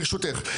ברשותך.